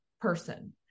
person